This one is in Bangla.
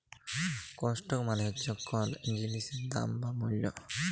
কস্ট মালে হচ্যে কল জিলিসের দাম বা মূল্য